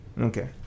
Okay